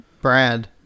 Brad